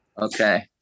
Okay